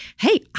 Hey